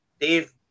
Dave